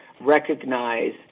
recognize